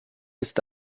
ist